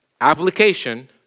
application